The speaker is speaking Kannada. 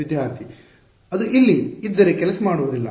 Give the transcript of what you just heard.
ವಿದ್ಯಾರ್ಥಿ ಅದು ಇಲ್ಲಿ ಇದ್ದರೆ ಕೆಲಸ ಮಾಡುವುದಿಲ್ಲ